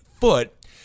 foot